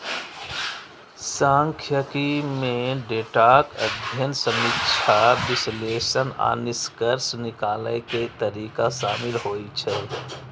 सांख्यिकी मे डेटाक अध्ययन, समीक्षा, विश्लेषण आ निष्कर्ष निकालै के तरीका शामिल होइ छै